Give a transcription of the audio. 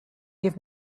give